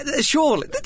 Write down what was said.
Surely